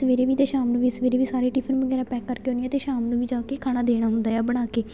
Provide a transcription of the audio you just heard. ਸਵੇਰੇ ਵੀ ਅਤੇ ਸ਼ਾਮ ਨੂੰ ਵੀ ਸਵੇਰੇ ਵੀ ਸਾਰੇ ਟਿਫਨ ਵਗੈਰਾ ਪੈਕ ਕਰਕੇ ਆਉਂਦੀ ਹਾਂ ਅਤੇ ਸ਼ਾਮ ਨੂੰ ਵੀ ਜਾ ਕੇ ਖਾਣਾ ਦੇਣਾ ਹੁੰਦਾ ਆ ਬਣਾ ਕੇ